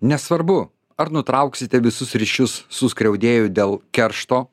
nesvarbu ar nutrauksite visus ryšius su skriaudėju dėl keršto